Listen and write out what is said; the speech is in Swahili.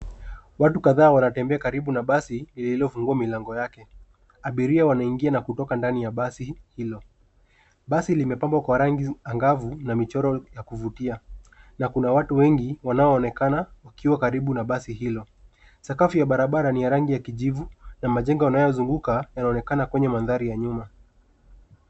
Watu kadhaa wantembea karibu na basi lililofungua milango yake. Abiria wanaingia na kutoka ndani ya basi hilo. Basi limepambwa kwa rangi angavu na michoro ya kuvutia na kuna watu wengi wanaoonekana wakiwa karibu na basi hilo. Sakafu ya barabara ni ya rangi ya kijivu na majengo yanayozunguka yanaonekana kwenye mandhari ya nyuma.